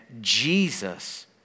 Jesus